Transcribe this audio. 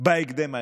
בהקדם האפשרי.